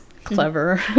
clever